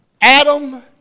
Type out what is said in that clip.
adam